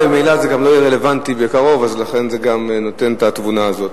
ממילא זה גם לא יהיה רלוונטי בקרוב אז לכן זה גם נותן את התבונה הזאת.